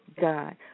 God